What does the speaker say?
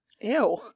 Ew